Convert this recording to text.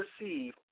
receive